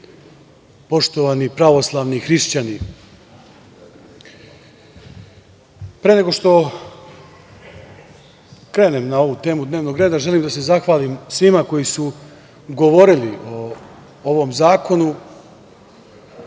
poštovani pravoslavni hrišćani, pre nego što krenem na ovu temu dnevnog reda, želim da se zahvalim svima koji su govorili o ovom zakonu,